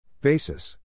Basis